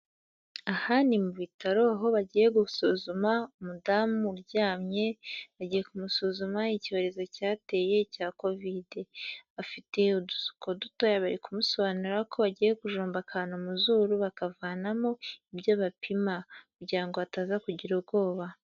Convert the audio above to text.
Aha ni mu bitaro, aho bagiye gusuzuma umudamu uryamye, bagiye kumusuzuma icyorezo cyateye icya Kovide, afite udusuko dutoya bari kumusobanura ko bagiye kujomba akantu mu zuru bakavanamo ibyo bapima kugira ngo ataza kugira ubwoba.